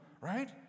Right